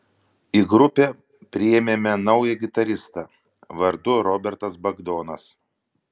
į grupę priėmėme naują gitaristą vardu robertas bagdonas